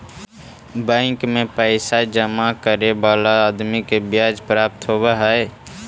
bank में पैसा जमा करे वाला आदमी के ब्याज प्राप्त होवऽ हई